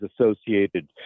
associated